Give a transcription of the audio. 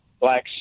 black